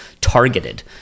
targeted